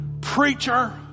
preacher